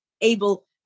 able